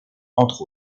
entre